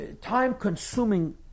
time-consuming